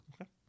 Okay